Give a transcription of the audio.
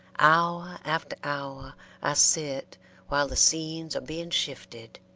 hour after hour i sit while the scenes are being shifted